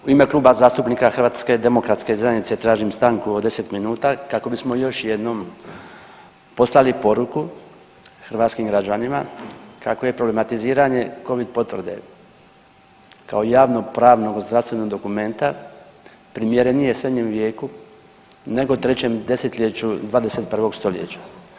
U ime Kluba zastupnika HDZ-a tražim stanku od 10 minuta kako bismo još jednom poslali poruku hrvatskim građanima kako je problematiziranje Covid potvrde kao javno pravnog zdravstvenog dokumenta primjerenije srednjem vijeku nego trećem desetljeću 21. stoljeća.